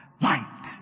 light